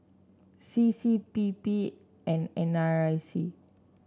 C C P P and N R I C